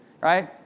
right